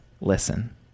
Listen